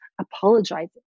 apologizing